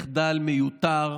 מחדל מיותר